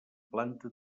planta